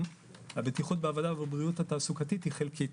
הבטיחות בעבודה והבריאות התעסוקתית היא חלקית.